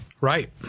Right